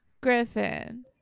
Griffin